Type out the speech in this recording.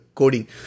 coding